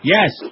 Yes